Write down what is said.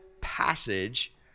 passage